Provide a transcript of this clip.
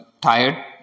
tired